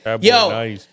Yo